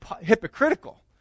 hypocritical